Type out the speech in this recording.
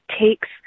takes